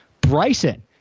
Bryson